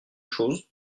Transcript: chose